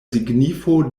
signifo